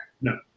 No